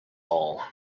all